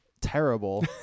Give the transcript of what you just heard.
terrible